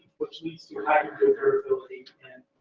which leads to high variability in.